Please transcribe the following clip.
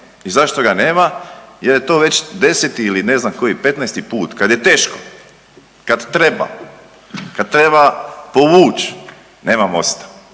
I zašto ga nema? Jer je to već 10 ili ne znam koji 15 put kad je teško, kad treba, kad treba povući nema MOST-a.